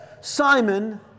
Simon